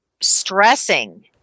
stressing